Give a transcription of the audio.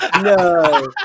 no